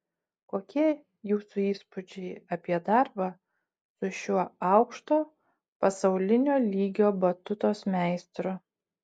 kokie jūsų įspūdžiai apie darbą su šiuo aukšto pasaulinio lygio batutos meistru